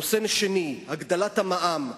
נושא שני: הגדלת המע"מ.